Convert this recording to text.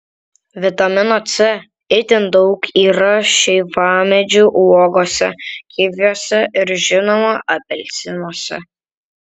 vitamino c itin daug yra šeivamedžių uogose kiviuose ir žinoma apelsinuose